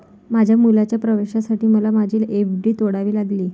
माझ्या मुलाच्या प्रवेशासाठी मला माझी एफ.डी तोडावी लागली